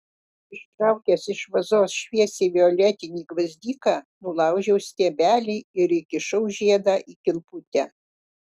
ištraukęs iš vazos šviesiai violetinį gvazdiką nulaužiau stiebelį ir įkišau žiedą į kilputę